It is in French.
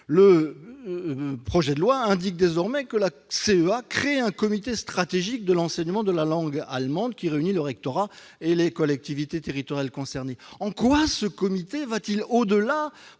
Le projet de loi indique désormais que la CEA crée un comité stratégique de l'enseignement de la langue allemande « qui réunit le rectorat et les collectivités territoriales concernées ». En quoi ce comité va-t-il au-delà